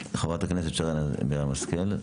חברת הכנסת שרן מרים השכל.